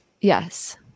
Yes